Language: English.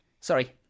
Sorry